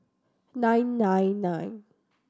nine nine nine